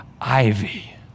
ivy